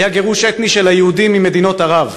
היה גירוש אתני של היהודים ממדינות ערב.